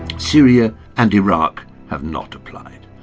syria and iraq have not applied.